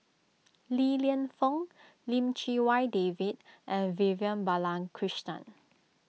Li Lienfung Lim Chee Wai David and Vivian Balakrishnan